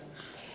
selvä